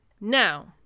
Now